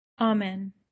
Amen